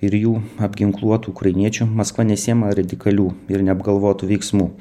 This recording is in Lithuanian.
ir jų apginkluot ukrainiečių maskva nesiima radikalių ir neapgalvotų veiksmų